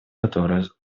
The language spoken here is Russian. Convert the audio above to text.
которая